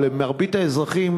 או למרבית האזרחים,